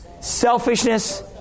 selfishness